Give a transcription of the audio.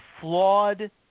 flawed